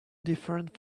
different